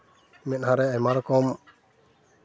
ᱢᱮᱸᱫᱦᱟ ᱨᱮ ᱟᱭᱢᱟ ᱨᱚᱠᱚᱢ